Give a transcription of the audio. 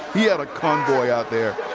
he had a convoy out there.